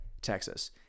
Texas